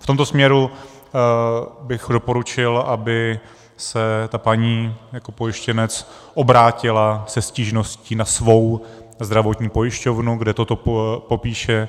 V tomto směru bych doporučil, aby se ta paní jako pojištěnec obrátila se stížností na svou zdravotní pojišťovnu, kde toto popíše.